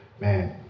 man